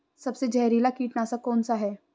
सबसे जहरीला कीटनाशक कौन सा है?